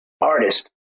artist